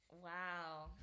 Wow